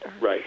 Right